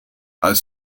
als